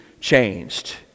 changed